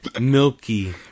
milky